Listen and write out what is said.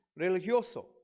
religioso